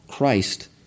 Christ